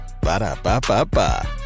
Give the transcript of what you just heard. Ba-da-ba-ba-ba